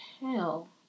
hell